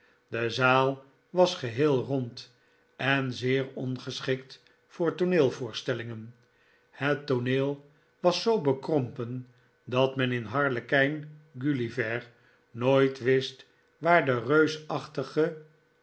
de zaal was geheel rond en zeer ongeschikt voor tooneelvoorstellingen het tooneel was zoo bekrompen dat men in harlekijn gulliver nooit wist waar de reusachtige